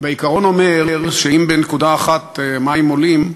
והעיקרון אומר שאם בנקודה אחת מים עולים,